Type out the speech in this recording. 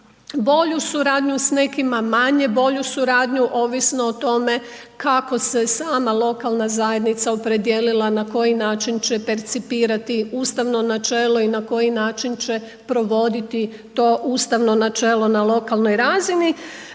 bolju suradnju, s nekima manje bolju suradnju, ovisno o tome kako se sama lokalna zajednica opredijelila na koji način će percipirati ustavno načelo i na koji način će provoditi to ustavno načelo na lokalnoj razini.